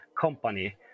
company